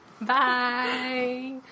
Bye